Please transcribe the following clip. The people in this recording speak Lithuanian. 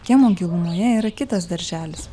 kiemo gilumoje yra kitas darželis